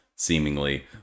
seemingly